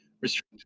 restrict